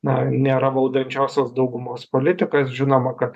na nėra valdančiosios daugumos politikas žinoma kad